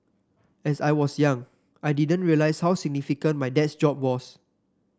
as I was young I didn't realise how significant my dad's job was